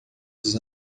dos